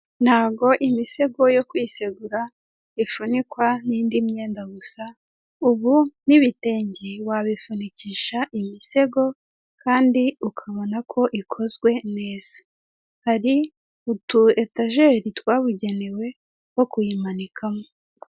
Ntabwo imisego yo kwisegura ifunikwa n'indi myenda gusa, ubu n'ibitenge wabifunikisha imisego kandi ukabona ko ikozwe neza. Hari utuyetageri twabugenewe two kuyimanikamo.